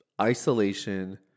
isolation